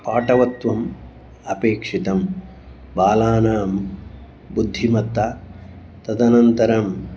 पाटवत्वम् अपेक्षितं बालानां बुद्धिमत्ता तदनन्तरं